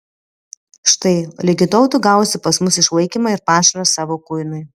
štai ligi tol tu gausi pas mus išlaikymą ir pašarą savo kuinui